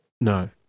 No